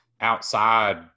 outside